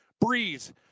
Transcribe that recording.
Breeze